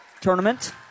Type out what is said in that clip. tournament